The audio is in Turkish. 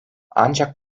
ancak